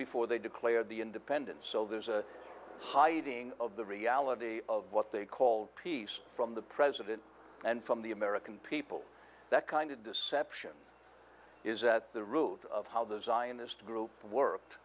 before they declared the independence so there's a hiding of the reality of what they call peace from the president and from the american people that kind of deception is at the root of how the zionist group worked